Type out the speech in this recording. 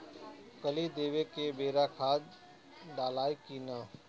कली देवे के बेरा खाद डालाई कि न?